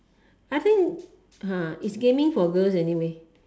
I think ah is gaming for girls anyway